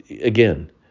again